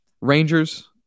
Rangers